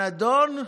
הנדון: